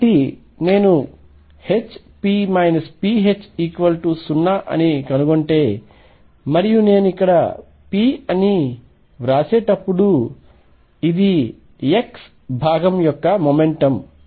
కాబట్టి నేను Hp pH0 అని కనుగొంటే మరియు నేను ఇక్కడ p అని వ్రాసేటప్పుడు ఇది x భాగం యొక్క మొమెంటం px